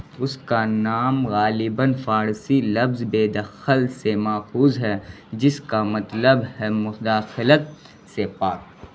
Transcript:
اس کا نام غالباً فارسی لفظ بے دخل سے ماخوذ ہے جس کا مطلب ہے مداخلت سے پاک